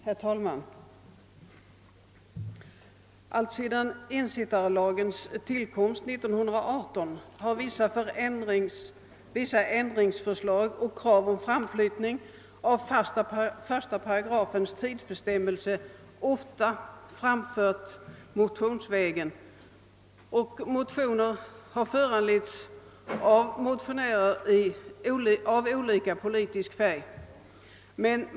Herr talman! Alltsedan ensittarlagens tillkomst 1918 har förslag om framflyttning av tidsgränsen i 1 § framförts motionsvägen av ledamöter med olika politisk färg.